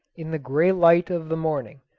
in the grey light of the morning,